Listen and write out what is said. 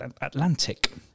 Atlantic